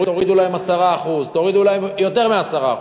תורידו להם 10%. תורידו להם יותר מ-10%,